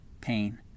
pain